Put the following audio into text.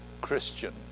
Christian